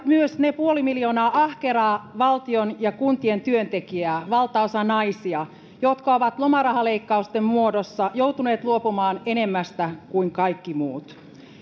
myös ne puoli miljoonaa ahkeraa valtion ja kuntien työntekijää valtaosa naisia jotka ovat lomarahaleikkausten muodossa joutuneet luopumaan enemmästä kuin kaikki muut